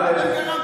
א.